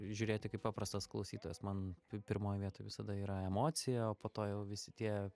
žiūrėti kaip paprastas klausytojas man pirmoj vietoj visada yra emocija o po to jau visi tie